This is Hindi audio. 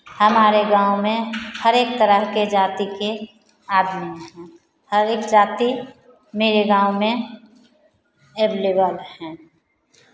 हमारे गाँव में हर एक तरह के जाति के आदमी हैं हर एक जाति मेरे गाँव में एवेलेबल हैं